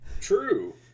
True